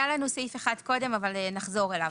היה לנו סעיף אחד קודם, אבל נחזור אליו.